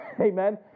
Amen